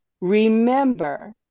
Remember